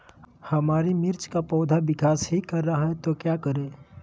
हमारे मिर्च कि पौधा विकास ही कर रहा है तो क्या करे?